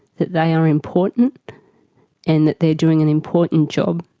that they are important and that they are doing an important job.